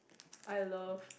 I love